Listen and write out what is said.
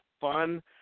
fun